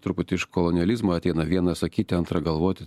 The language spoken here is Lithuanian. truputį iš kolonializmo ateina vienas sakyti antrą galvoti